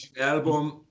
album